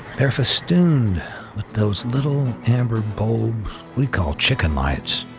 they're festooned with those little amber bulbs we call chicken lights.